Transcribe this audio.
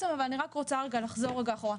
אבל אני רק רוצה רגע לחזור אחורה,